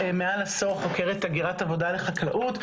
מעל עשור חוקרת הגירת עבודה לחקלאות.